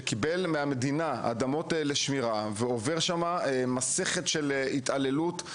שקיבל אדמות מהמדינה לשמור עליה והם סופגים מסכת של התעללות,